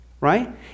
right